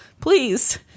please